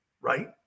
right